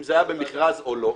אם זה היה במכרז או לא.